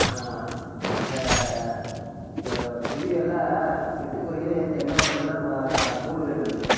இந்த குருவியெல்லாம் சிட்டுக்குருவி தென்னை மரத்தில்தான் கூடு கட்டியிருக்கு